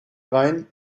rhein